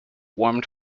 warmed